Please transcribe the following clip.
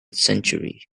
century